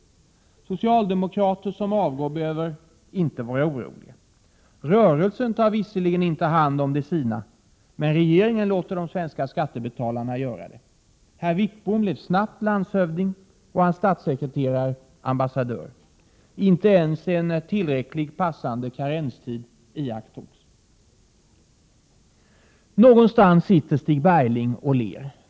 Socialdemokrater som avgår behöver inte vara oroliga. Rörelsen tar visserligen inte hand om de sina, men regeringen låter de svenska skattebetalarna göra det. Herr Wickbom blev snabbt landshövding och hans statssekreterare ambassadör. Inte ens en passande karenstid iakttogs. Någonstans sitter Stig Bergling och ler.